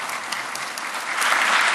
(מחיאות כפיים)